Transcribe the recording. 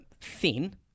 thin